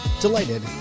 delighted